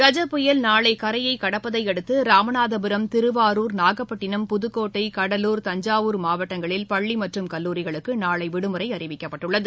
கஜா புயல் நாளைகரையகடப்பதையடுத்தராமநாதபுரம் திருவாரூர் நாகப்பட்டினம் புதுக்கோட்டை கடலூர் தஞ்சாவூர் மாவட்டங்களில் பள்ளிமற்றும் கல்லூரிகளுக்குநாளைவிடுமுறைஅறிவிக்கப்பட்டுள்ளது